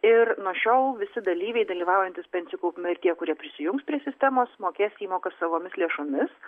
ir nuo šiol visi dalyviai dalyvaujantys pensijų kaupime ir tie kurie prisijungs prie sistemos mokės įmokas savomis lėšomis